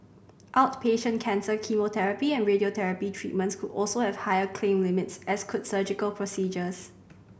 outpatient cancer chemotherapy and radiotherapy treatments could also have higher claim limits as could surgical procedures